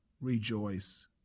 rejoice